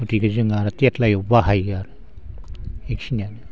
गथिखे जों आरो केटलियाव बाहायो आरो बेखिनियानो